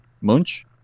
Munch